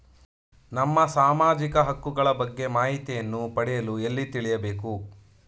ನಮ್ಮ ಸಾಮಾಜಿಕ ಹಕ್ಕುಗಳ ಬಗ್ಗೆ ಮಾಹಿತಿಯನ್ನು ಪಡೆಯಲು ಎಲ್ಲಿ ತಿಳಿಯಬೇಕು?